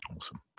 Awesome